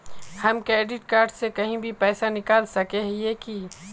हम credit card से कहीं भी पैसा निकल सके हिये की?